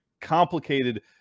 complicated